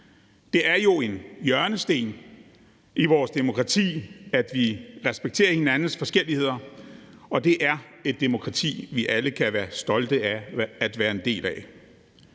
Det er jo en hjørnesten i vores demokrati, at vi respekterer hinandens forskelligheder, og det er et demokrati, som vi alle kan være stolte af at være en del af.